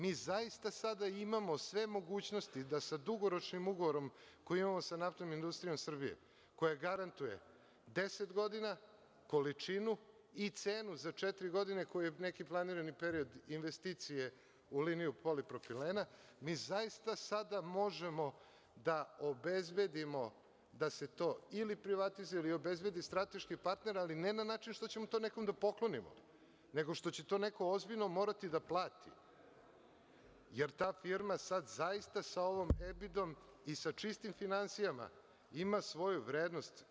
Mi zaista sada imamo sve mogućnosti da sa dugoročnim ugovorom koji imamo sa Naftnom industrijom Srbijom, koja garantuje 10 godina, količinu i cenu za četiri godine koju je neki planirani period investicije u liniju polipropilena, mi zaista sada možemo da obezbedimo da se to ili privatizuje ili obezbedi strateški partner, ali ne na način što ćemo to nekom da poklonimo, nego što će to neko ozbiljno morati da plati, jer ta firma sad zaista sa ovom „Ebidom“ i sa čistim finansijama ima svoju vrednost.